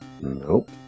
Nope